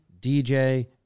DJ